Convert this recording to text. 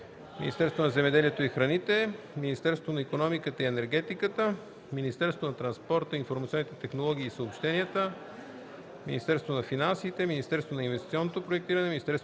Министерството на земеделието и храните, Министерството на икономиката и енергетиката, Министерството на транспорта, информационните технологии и съобщенията, Министерството на финансите, Министерството на инвестиционното проектиране, Министерството